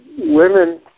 women